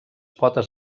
potes